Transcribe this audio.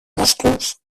musclos